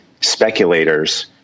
speculators